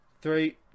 Three